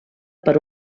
per